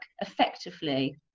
effectively